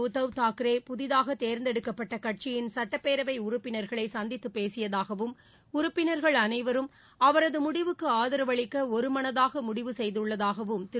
உத்தவ் தாக்கரே புதிதாக தேர்ந்தெடுக்கப்பட்ட கட்சியின் சட்டப்பேரவை உறுப்பினர்களை சந்தித்துப் பேசியதாகவும் உறுப்பினர்கள் அளைவரும் அவரது முடிவுக்கு ஆதரவளிக்க ஒருமனதாக முடிவு செய்துள்ளதாகவும் திரு